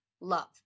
love